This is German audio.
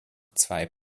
zwei